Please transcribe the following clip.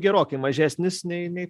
gerokai mažesnis nei